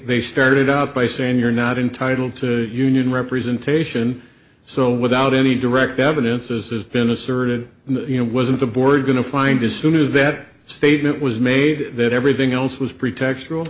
they started out by saying you're not entitled to union representation so without any direct evidence as has been asserted you know wasn't the board going to find as soon as that statement was made that everything else was pretext